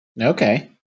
Okay